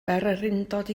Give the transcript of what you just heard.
bererindod